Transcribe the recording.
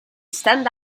stand